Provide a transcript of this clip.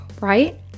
right